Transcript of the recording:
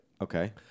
Okay